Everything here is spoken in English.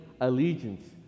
allegiance